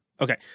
okay